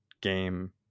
game